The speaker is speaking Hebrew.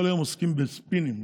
כל היום עוסקים בספינים,